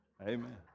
Amen